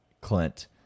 Clint